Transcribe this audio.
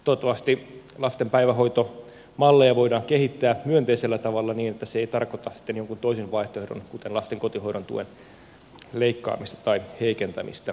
toivottavasti lasten päivähoitomalleja voidaan kehittää myönteisellä tavalla niin että se ei tarkoita sitten jonkun toisen vaihtoehdon kuten lasten kotihoidon tuen leikkaamista tai heikentämistä